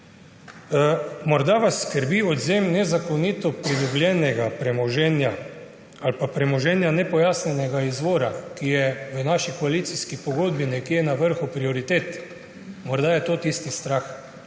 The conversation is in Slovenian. Morda vas skrbi odvzem nezakonito pridobljenega premoženja ali premoženja nepojasnjenega izvora, ki je v naši koalicijski pogodbi nekje na vrhu prioritet. Morda je to tisti strah